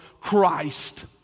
Christ